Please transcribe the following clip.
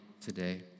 today